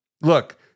look